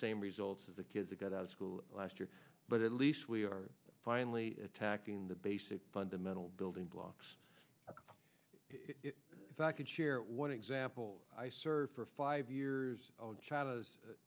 same results as the kids got out of school last year but at least we are finally attacking the basic fundamental building blocks in fact and share one example i served for five years china's